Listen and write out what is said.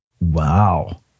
wow